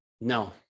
No